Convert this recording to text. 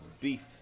beef